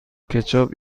کچاپ